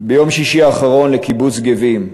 ביום שישי האחרון, לקיבוץ גבים.